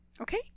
Okay